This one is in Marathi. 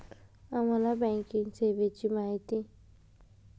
आम्हाला बँकिंग सेवेची गरज का आहे?